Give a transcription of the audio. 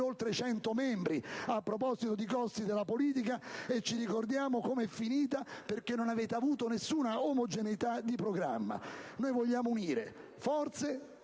oltre 100 membri (a proposito di costi della politica). Ci ricordiamo come è finita, perché non avete avuto nessuna omogeneità di programma. Vogliamo unire forze